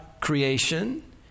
creation